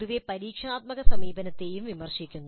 പൊതുവേ പരീക്ഷണാത്മക സമീപനത്തെയും വിമർശിക്കുന്നു